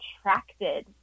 attracted